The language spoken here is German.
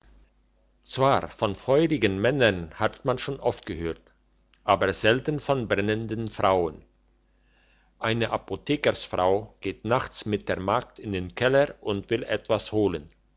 zwar von feurigen mannen hat man schon oft gehört aber seltener von brennenden frauen eine apothekersfrau geht nachts mit der magd in den keller und will etwas holen